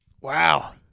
Wow